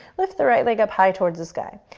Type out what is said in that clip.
lift the right leg up high towards the sky.